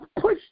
push